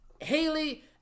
Haley